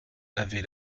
avaient